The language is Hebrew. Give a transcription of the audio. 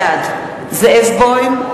בעד זאב בוים,